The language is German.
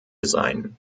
sein